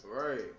right